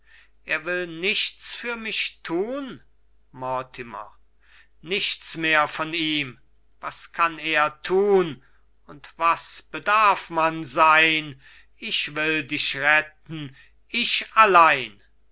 er will nichts für mich tun mortimer nichts mehr von ihm was kann er tun und was bedarf man sein ich will dich retten ich allein